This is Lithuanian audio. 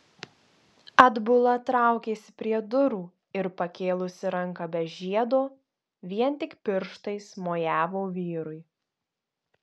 atbula traukėsi prie durų ir pakėlusi ranką be žiedo vien tik pirštais mojavo vyrui